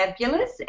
fabulous